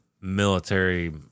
military